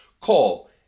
call